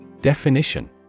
Definition